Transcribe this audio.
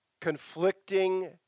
conflicting